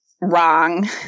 wrong